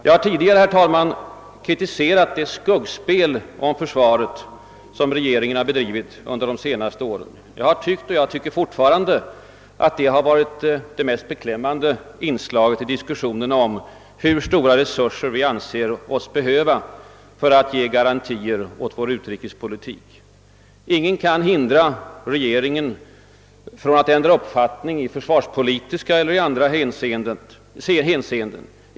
Jag har tidigare, herr talman, kritiserat det skuggspel om försvaret som regeringen bedrivit under de senaste åren Jag har tyckt och tycker fortfarande att det varit det mest beklämmande inslaget i diskussionen om hur stora resurser vi anser oss behöva för att ge garantier åt vår utrikespolitik. Ingenting kan hindra regeringen att ändra uppfattning i försvarspolitiska eller andra hänseenden.